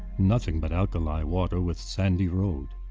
nothing but alkali water with sandy road.